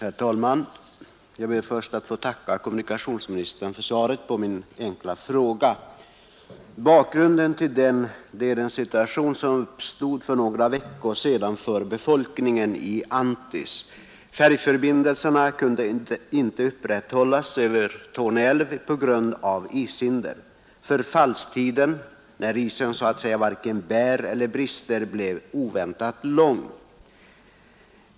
Herr talman! Jag ber först att få tacka kommunikationsministern för svaret på min enkla fråga. Bakgrunden till den är den situation som uppstod för några veckor sedan för befolkningen i Anttis. Färjförbindelserna över Torne älv kunde inte upprätthållas på grund av ishinder. Förfallstiden, när isen så att säga varken bär eller brister, blev oväntat lång.